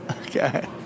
Okay